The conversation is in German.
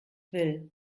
will